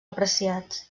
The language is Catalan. apreciats